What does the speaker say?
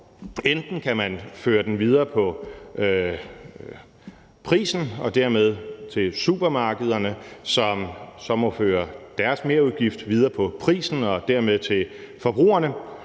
Enten kan man føre den videre på prisen og dermed til supermarkederne, som så må føre deres merudgift videre på prisen og dermed til forbrugerne,